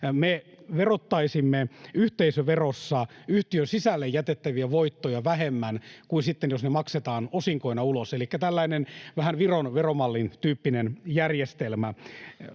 Me verottaisimme yhteisöverossa yhtiön sisälle jätettäviä voittoja vähemmän kuin silloin, jos ne maksetaan osinkoina ulos, elikkä tällainen vähän Viron veromallin tyyppinen järjestelmä.